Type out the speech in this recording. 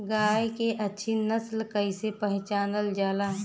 गाय के अच्छी नस्ल कइसे पहचानल जाला?